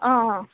অঁ অঁ